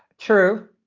true.